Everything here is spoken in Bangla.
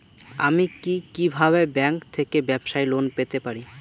আমি কি কিভাবে ব্যাংক থেকে ব্যবসায়ী লোন পেতে পারি?